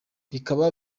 bikaba